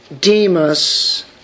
Demas